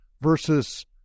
versus